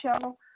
show